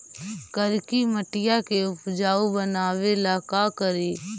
करिकी मिट्टियां के उपजाऊ बनावे ला का करी?